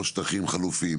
או שטחים חלופיים,